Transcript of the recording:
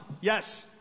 Yes